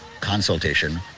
consultation